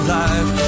life